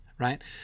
Right